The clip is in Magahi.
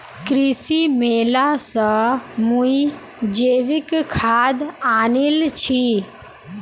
कृषि मेला स मुई जैविक खाद आनील छि